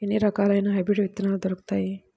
ఎన్ని రకాలయిన హైబ్రిడ్ విత్తనాలు దొరుకుతాయి?